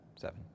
seven